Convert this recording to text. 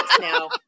Now